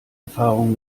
erfahrung